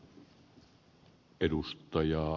arvoisa puhemies